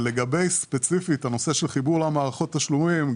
ספציפית לגבי חיבור למערכות התשלומים,